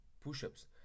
push-ups